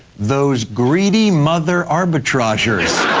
those greedy mother arbitrageurs! oooohhh!